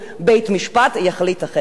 בית-משפט יחליט אחרת.